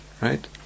right